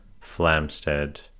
Flamstead